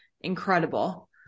incredible